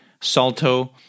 Salto